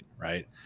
Right